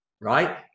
Right